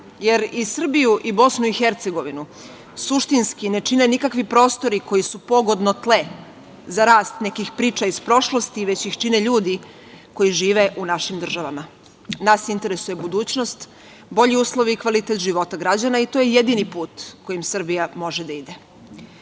Srbiju i BiH suštinski ne čine nikakvi prostori koji su pogodno tle za rast nekih priča iz prošlosti, već ih čine ljudi koji žive u našim državama. Nas interesuje budućnost, bolji uslovi i kvalitet života građana i to je jedini put kojim Srbija može da